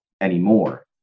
anymore